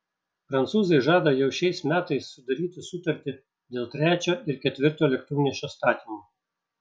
prancūzai žada jau šiais metais sudaryti sutartį dėl trečio ir ketvirto lėktuvnešio statymo